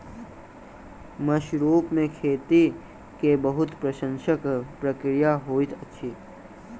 mushroom के खेती के बहुत प्रसंस्करण प्रक्रिया होइत अछि